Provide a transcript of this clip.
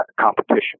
competition